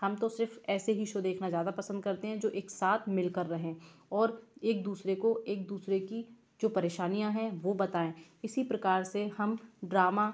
हम तो सिर्फ़ ऐसे ही शो देखना ज़्यादा पसंद करते हैं जो एक साथ मिल कर रहें और एक दूसरे को एक दूसरे की जो परेशानियाँ हैं वो बताएं इसी प्रकार से हम ड्रामा